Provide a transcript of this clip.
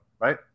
right